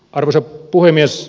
arvoisa puhemies